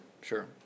sure